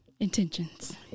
Intentions